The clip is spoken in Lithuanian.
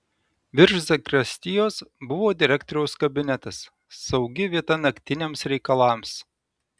virš zakristijos buvo direktoriaus kabinetas saugi vieta naktiniams reikalams